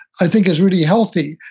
i think is really healthy.